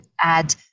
add